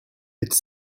it’s